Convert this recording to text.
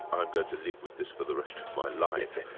i'm going to live with this for the rest of my life.